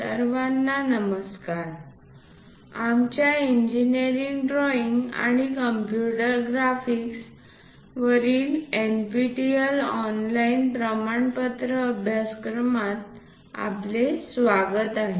सर्वांना नमस्कार आमच्या इंजिनिअरिंग ड्रॉइंग आणि कम्प्युटर ग्राफिक्सवरील NPTEL ऑनलाइन प्रमाणपत्र अभ्यासक्रमात आपले स्वागत आहे